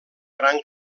gran